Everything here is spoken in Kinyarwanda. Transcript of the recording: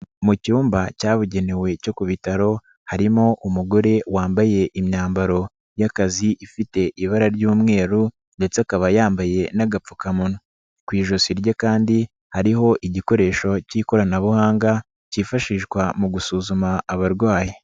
Mu cyumba cyabugenewe cyo ku bitaro harimo umugore wambaye imyambaro y'akazi ifite ibara ry'umweru ndetse akaba yambaye n'agapfukamunwa, ku ijosi rye kandi hariho igikoresho cy'ikoranabuhanga cyifashishwa mu gusuzuma abarwayi.